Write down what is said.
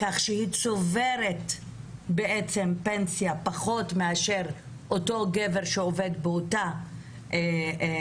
כי למעשה כך היא צוברת פחות פנסיה מאשר אותו גבר שעובד באותה משרה,